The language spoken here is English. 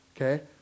Okay